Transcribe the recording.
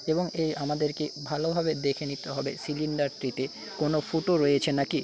এবং এ আমাদেরকে ভালোভাবে দেখে নিতে হবে সিলিন্ডারটিতে কোনো ফুটো রয়েছে না কি